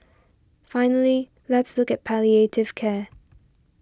finally let's look at palliative care